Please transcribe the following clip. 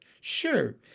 Sure